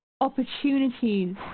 opportunities